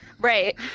Right